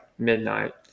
midnight